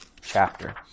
chapter